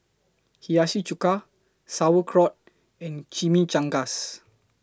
Hiyashi Chuka Sauerkraut and Chimichangas